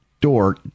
door